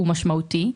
הוא משמעותי.